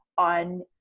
on